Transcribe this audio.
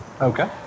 okay